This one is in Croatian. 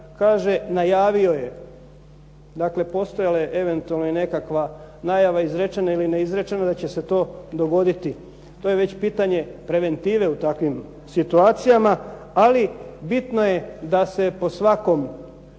kaže najavio, dakle postojala je eventualno nekakva najava izrečena ili neizrečena da će se to dogoditi. To je već pitanje preventive u takvim situacijama, ali bitno je da se po svakoj